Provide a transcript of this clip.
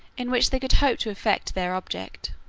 in which they could hope to effect their object.